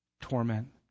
torment